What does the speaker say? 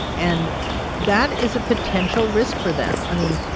and that is a potential risk for them. i mean,